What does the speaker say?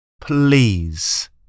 Please